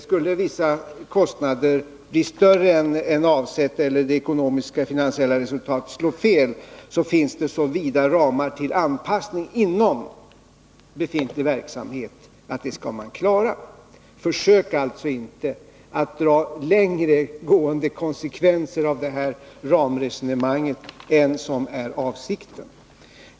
Skulle vissa kostnader bli större än beräknat eller skulle den ekonomiska utvecklingen slå fel, finns det så vida ramar till anpassning inom befintlig verksamhet att sådant kan klaras. Försök alltså inte att dra längre gående slutsatser av det ramresonemanget än som är avsikten.